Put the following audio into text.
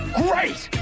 great